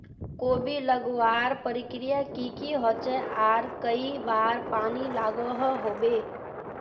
कोबी लगवार प्रक्रिया की की होचे आर कई बार पानी लागोहो होबे?